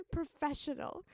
Professional